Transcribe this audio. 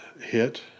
hit